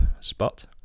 spot